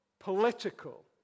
political